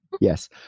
Yes